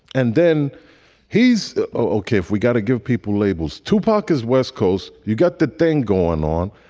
and then he's okay. we got to give people labels. tupac is west coast. you got the thing going on.